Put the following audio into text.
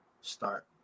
start